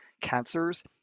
cancers